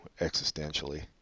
existentially